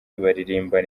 baririmbana